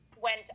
went